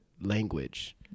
language